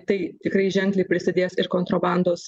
tai tikrai ženkliai prisidės ir kontrabandos